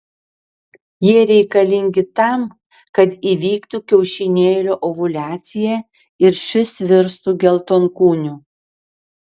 jie reikalingi tam kad įvyktų kiaušinėlio ovuliacija ir šis virstų geltonkūniu